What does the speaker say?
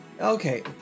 Okay